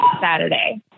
Saturday